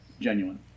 genuine